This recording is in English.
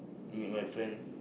meet my friend